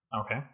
okay